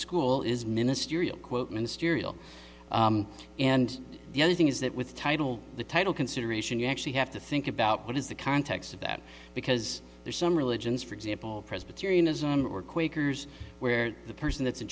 school is ministerial quote ministerial and the other thing is that with title the title consideration you actually have to think about what is the context of that because there are some religions for example presbyterianism or quakers where the person that's in